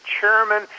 chairman